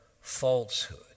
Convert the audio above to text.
falsehood